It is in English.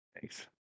Thanks